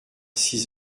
six